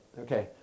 Okay